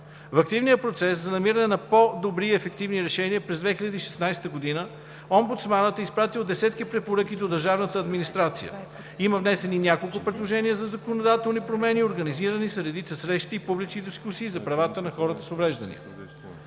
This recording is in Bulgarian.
В активния процес за намиране на по-добри и ефективни решения, през 2016 г. омбудсманът е изпратил десетки препоръки до държавната администрация, има внесени няколко предложения за законодателни промени, организирани са редица срещи и публични дискусии за правата на хората с увреждания.